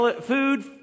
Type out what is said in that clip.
Food